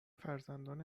فرزندان